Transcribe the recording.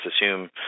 assume